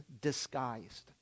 disguised